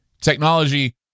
Technology